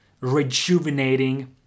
rejuvenating